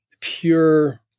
pure